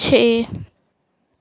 ਛੇ